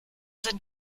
sind